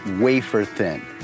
wafer-thin